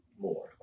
more